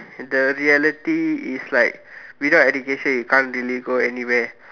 the reality is like without education you can't really go anywhere